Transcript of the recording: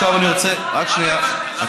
זה לא אתה ולא ראש הממשלה, רק שנייה.